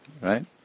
right